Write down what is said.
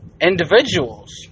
individuals